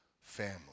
family